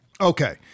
Okay